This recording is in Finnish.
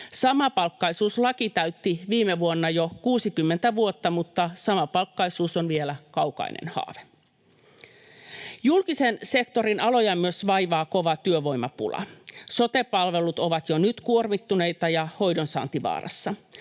Samapalkkaisuuslaki täytti viime vuonna jo 60 vuotta, mutta samapalkkaisuus on vielä kaukainen haave. Julkisen sektorin aloja vaivaa myös kova työvoimapula. Sote-palvelut ovat jo nyt kuormittuneita ja hoidon saanti vaarassa.